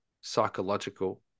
psychological